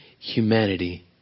humanity